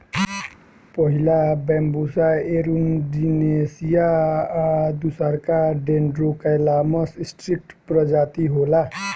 पहिला Bambusa arundinacea आ दूसरका डेन्ड्रोकैलामस स्ट्रीक्ट्स प्रजाति होला